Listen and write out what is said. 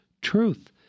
truth